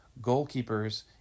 goalkeepers